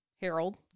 Harold